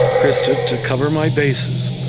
krista, to cover my bases,